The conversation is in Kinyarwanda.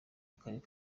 akarere